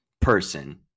person